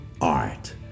art